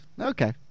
Okay